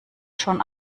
schon